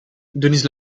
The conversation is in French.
denise